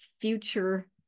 future